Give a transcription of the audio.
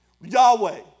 Yahweh